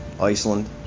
Iceland